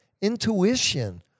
Intuition